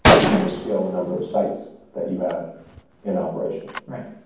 you can just scale the number of sites that you have in operation. right.